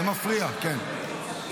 זה מפריע, כן.